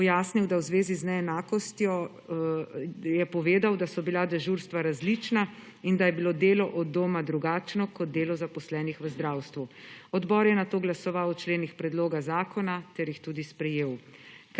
pojasnil, da v so zvezi z neenakostjo bila dežurstva različna in da je bilo delo od doma drugačno kot delo zaposlenih v zdravstvu. Odbor je nato glasoval o členih predloga zakona ter jih tudi sprejel.